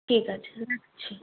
ঠিক আছে রাখছি